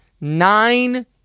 nine